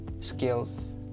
skills